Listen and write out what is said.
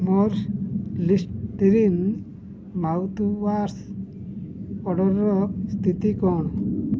ମୋର Listerine mouthwash ଅର୍ଡ଼ର୍ର ସ୍ଥିତି କ'ଣ